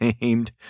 named